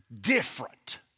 different